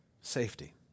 safety